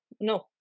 no